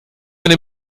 eine